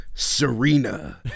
Serena